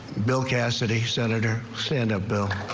bill cassidy sen send a bill.